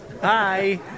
Hi